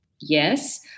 Yes